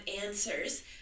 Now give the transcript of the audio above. answers